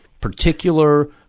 particular